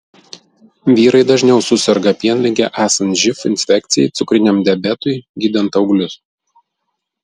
vyrai dažniau suserga pienlige esant živ infekcijai cukriniam diabetui gydant auglius